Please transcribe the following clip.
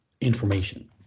information